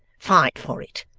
fight for it,